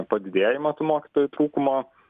padidėjimą tų mokytojų trūkumo